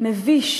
מביש